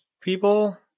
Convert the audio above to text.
people